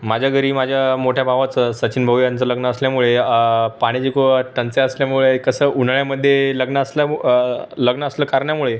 माझ्या घरी माझ्या मोठ्या भावाचं सचिनभाऊ यांचं लग्न असल्यामुळे पाण्याची खूप टंचाई असल्यामुळे कसं उन्हाळ्यामध्ये लग्न असल्यामु लग्न असल्या कारणामुळे